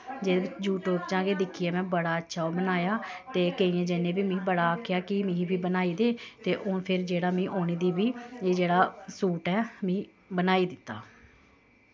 जेह्दे बिच्च यूटयूब चा गै दिक्खियै में बड़ा अच्छा ओह् बनाया ते केंइयें जनें बी मी बड़ा आक्खेआ कि मी बी बनाई दे ते फिर हून जेह्ड़ा में उ'नें गी बी एह् जेह्ड़ा सूट ऐ मी बनाई दित्ता